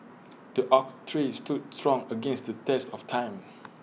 the oak tree stood strong against the test of time